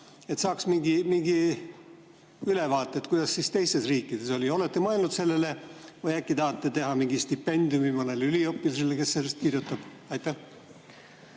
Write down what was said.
Ehk saaks mingi ülevaate, kuidas teistes riikides oli. Olete mõelnud sellele? Või äkki tahate teha mingi stipendiumi mõnele üliõpilasele, kes sellest kirjutab? Aitäh,